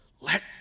Let